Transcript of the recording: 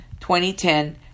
2010